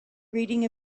reading